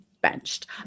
benched